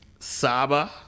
saba